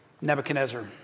Nebuchadnezzar